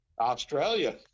Australia